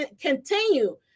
continue